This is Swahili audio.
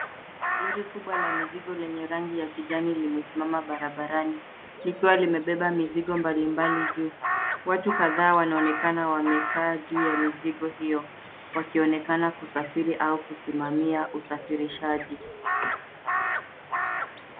Lori kubwa la mizigo lenye rangi ya kijani limesimama barabarani, likiwa limebeba mizigo mbalimbali juu. Watu kadhaa wanaonekana wamekaa juu ya mizigo hio wakionekana kusafiri au kusimamia usafirishaji.